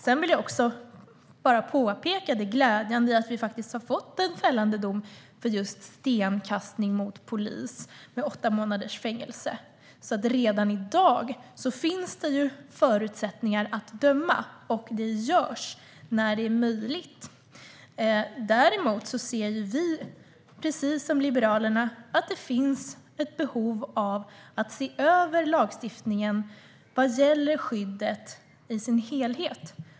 Jag vill också påpeka det glädjande i att vi faktiskt har fått en fällande dom med åtta månaders fängelse för stenkastning mot polis. Redan i dag finns det alltså förutsättningar att döma, och det görs när det är möjligt. Däremot ser vi, precis som Liberalerna, att det finns ett behov av att se över lagstiftningen vad gäller skyddet i dess helhet.